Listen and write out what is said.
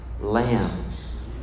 lambs